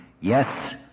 yes